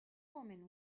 women